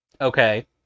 Okay